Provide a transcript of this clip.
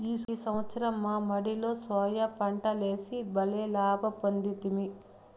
ఈ సంవత్సరం మా మడిలో సోయా పంటలేసి బల్లే లాభ పొందితిమి